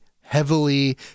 heavily